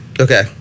Okay